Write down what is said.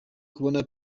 kubona